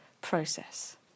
process